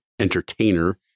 entertainer